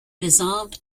dissolved